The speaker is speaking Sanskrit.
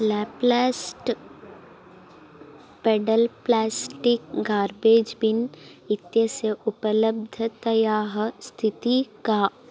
Laplast pedal plastic garbage bin इत्यस्य उपलब्धतायाः स्थितिः का